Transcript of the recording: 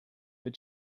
have